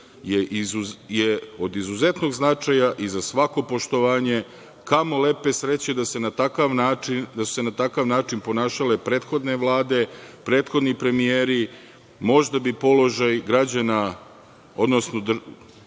je od izuzetnog značaja i za svako poštovanje. Kamo lepe sreće da su se na takav način ponašale prethodne vlade, prethodni premijeri. Možda bi položaj građana, odnosno srpske